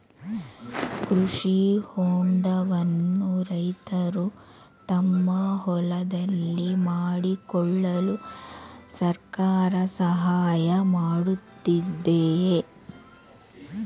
ಕೃಷಿ ಹೊಂಡವನ್ನು ರೈತರು ತಮ್ಮ ಹೊಲದಲ್ಲಿ ಮಾಡಿಕೊಳ್ಳಲು ಸರ್ಕಾರ ಸಹಾಯ ಮಾಡುತ್ತಿದೆಯೇ?